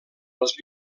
els